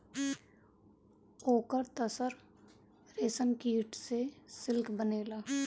ओकर तसर रेशमकीट से सिल्क बनेला